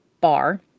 bar